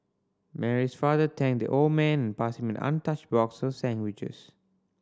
Mary's father thanked the old man passed him an untouched box of sandwiches